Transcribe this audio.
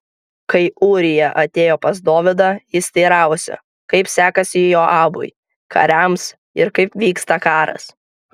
kai ūrija atėjo pas dovydą jis teiravosi kaip sekasi joabui kariams ir kaip vyksta karas